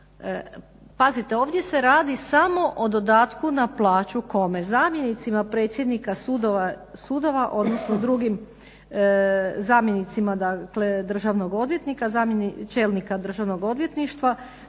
pazite ovdje se radi samo o dodatku na plaću, kome, zamjenicima predsjednika sudova odnosno dugim zamjenicima dakle čelnika državnog odvjetništva